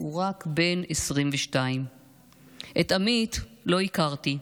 והוא רק בן 22. את עמית לא הכרתי,